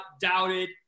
doubted